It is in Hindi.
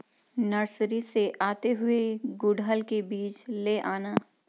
नर्सरी से आते हुए गुड़हल के बीज ले आना